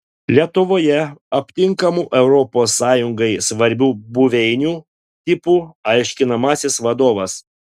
lietuvoje aptinkamų europos sąjungai svarbių buveinių tipų aiškinamasis vadovas